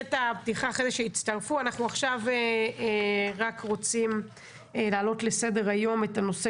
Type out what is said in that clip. אנחנו רק רוצים להעלות לסדר-היום את הנושא